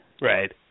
right